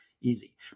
easy